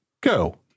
Go